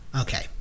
Okay